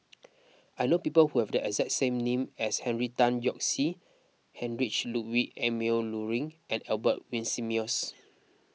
I know people who have the exact name as Henry Tan Yoke See Heinrich Ludwig Emil Luering and Albert Winsemius